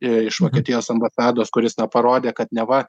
iš vokietijos ambasados kuris na parodė kad neva